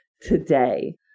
today